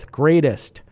greatest